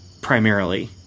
primarily